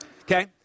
okay